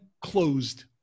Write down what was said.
closed